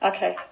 Okay